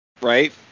right